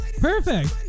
Perfect